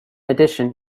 addition